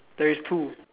there is two